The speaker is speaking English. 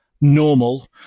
normal